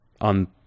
on